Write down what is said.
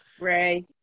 Ray